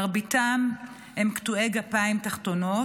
מרביתם הם קטועי גפיים תחתונות.